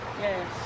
Yes